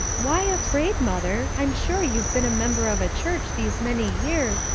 why afraid, mother? i'm sure you've been a member of a church these many years,